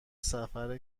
سفر